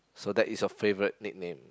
so that is your favorite nickname